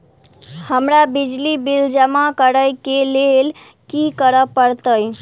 हमरा बिजली बिल जमा करऽ केँ लेल की करऽ पड़त?